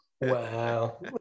Wow